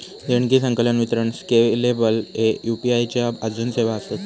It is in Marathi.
देणगी, संकलन, वितरण स्केलेबल ह्ये यू.पी.आई च्या आजून सेवा आसत